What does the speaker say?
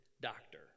doctor